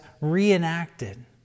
reenacted